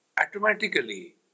Automatically